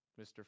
Mr